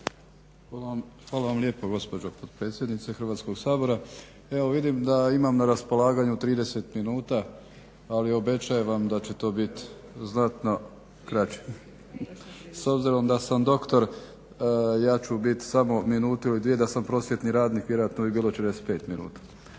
Hvala vam lijepa gospođo potpredsjednice Hrvatskog sabora. Evo vidim da imam na raspolaganju 30 minuta ali obećajem vam da će to biti znatno kraće. S obzirom da sam doktor da ću biti samo minuti il dvije, da sam prosvjetni radnik vjerojatno bi bilo 45 minuta.